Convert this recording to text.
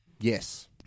Yes